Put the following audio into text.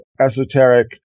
esoteric